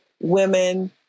women